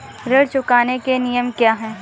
ऋण चुकाने के नियम क्या हैं?